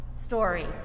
story